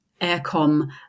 Aircom